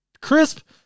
crisp